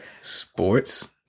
Sports